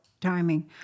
timing